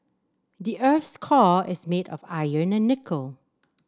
the earth's core is made of iron and nickel